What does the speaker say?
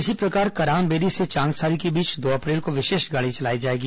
इसी प्रकार करामबेली से चांगसरी के बीच दो अप्रैल को विशेष गाड़ी चलाई जाएगी